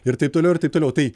ir taip toliau ir taip toliau tai